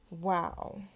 Wow